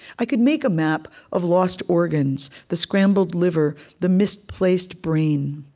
i could make a map of lost organs, the scrambled liver, the misplaced brain.